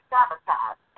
Sabotage